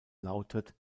lautet